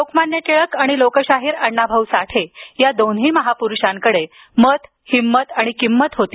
लोकमान्य टिळक आणि लोकशाहीर अण्णा भाऊ साठे या दोन्ही महापुरूषांकडे मत हिंमत आणि किंमत होती